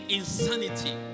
insanity